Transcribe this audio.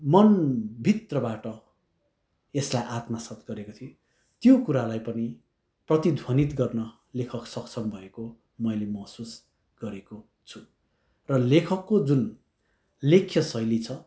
मनभित्रबाट यसलाई आत्मसाथ गरेको थिए त्यो कुरालाई पनि प्रतिध्वनित गर्न लेखक सक्षम भएको मैले महसुस गरेको छु र लेखकको जुन लेख्य शैली छ